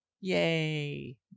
Yay